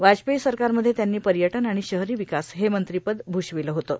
वाजपेयी सरकारमध्ये त्यांनी पर्यटन आणि शहरी विकास हे मंत्रिपद भुषविलं होतं